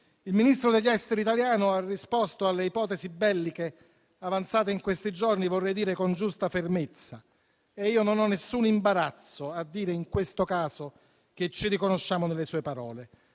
Il Ministro degli affari esteri italiano ha risposto alle ipotesi belliche avanzate in questi giorni vorrei dire con giusta fermezza e io non ho nessun imbarazzo a dire in questo caso che ci riconosciamo nelle sue parole.